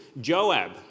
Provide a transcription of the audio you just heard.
Joab